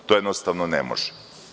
To jednostavno ne može.